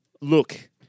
Look